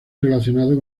relacionado